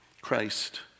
Christ